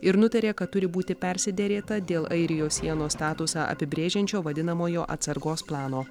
ir nutarė kad turi būti persiderėta dėl airijos sienos statusą apibrėžiančio vadinamojo atsargos plano